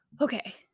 okay